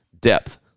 Depth